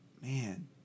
Man